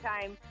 time